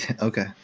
Okay